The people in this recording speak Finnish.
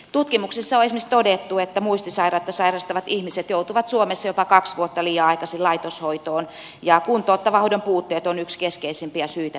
tutkimuksissa on esimerkiksi todettu että muistisairautta sairastavat ihmiset joutuvat suomessa jopa kaksi vuotta liian aikaisin laitoshoitoon ja kuntouttavan hoidon puutteet ovat yksi keskeisimpiä syitä tähän